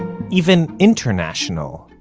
even international,